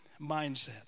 mindset